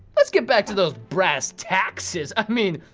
let's get back to those brass taxes. i mean,